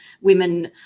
women